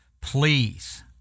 Please